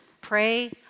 pray